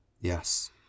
Yes